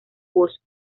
voz